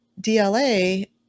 DLA